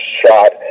shot